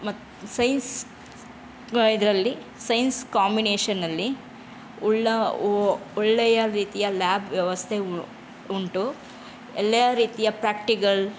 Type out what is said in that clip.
ಮತ್ತು ಸೈನ್ಸ್ ಇದರಲ್ಲಿ ಸೈನ್ಸ್ ಕಾಂಬಿನೇಷನಲ್ಲಿ ಉಳ್ಳ ಒಳ್ಳೆಯ ರೀತಿಯ ಲ್ಯಾಬ್ ವ್ಯವಸ್ಥೆ ಉಂಟು ಎಲ್ಲ ರೀತಿಯ ಪ್ರ್ಯಾಕ್ಟಿಗಲ್